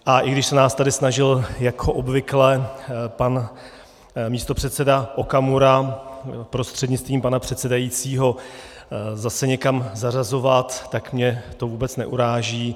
A i když se nás tady snažil jako obvykle pan místopředseda Okamura prostřednictvím pana předsedajícího zase někam zařazovat, tak mě to vůbec neuráží.